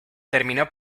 terminó